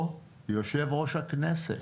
או יושב-ראש הכנסת.